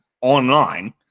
online